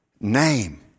name